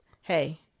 Hey